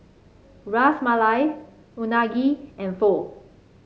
Ras Malai Unagi and Pho